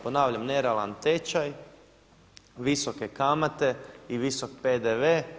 Ponavljamo nerealan tečaj, visoke kamate i visok PDV.